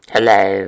Hello